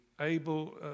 able